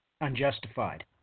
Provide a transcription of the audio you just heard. unjustified